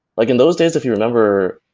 like in those days, if you remember,